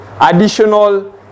additional